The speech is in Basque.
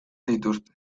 dituzte